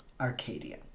Arcadia